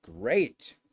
great